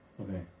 Okay